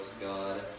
God